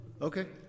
Okay